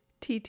TT